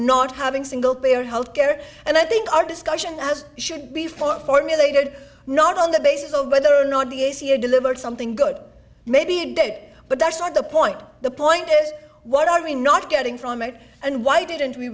not having single payer health care and i think our discussion as should be for formulated not on the basis of whether or not the ac are delivered something good maybe a day but that's not the point the point is what are we not getting from it and why didn't we